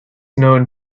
known